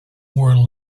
were